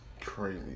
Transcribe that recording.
crazy